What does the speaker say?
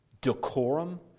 decorum